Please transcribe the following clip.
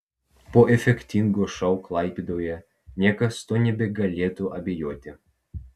po efektingo šou klaipėdoje niekas tuo nebegalėtų abejoti